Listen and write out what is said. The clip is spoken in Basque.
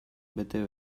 bete